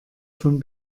von